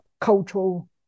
cultural